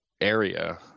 area